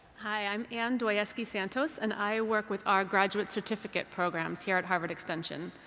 hi. i'm anne dwojeski-santos. and i work with our graduate certificate programs here at harvard extension.